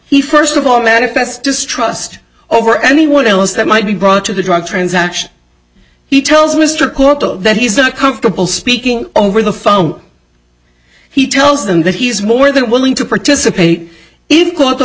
he first of all manifest distrust over anyone else that might be brought to the drug transaction he tells mr caudle that he's not comfortable speaking over the phone he tells them that he's more than willing to participate even though